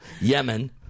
Yemen